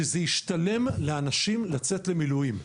שזה ישתלם לאנשים לצאת למילואים.